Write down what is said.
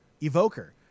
Evoker